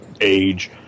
age